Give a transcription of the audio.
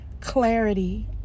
Clarity